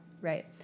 right